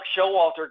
Showalter